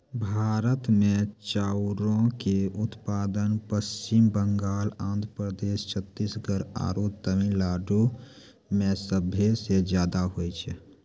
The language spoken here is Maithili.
भारत मे चाउरो के उत्पादन पश्चिम बंगाल, आंध्र प्रदेश, छत्तीसगढ़ आरु तमिलनाडु मे सभे से ज्यादा होय छै